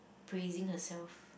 praising herself